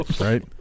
Right